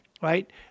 right